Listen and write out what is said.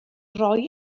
roi